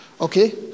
Okay